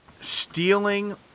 stealing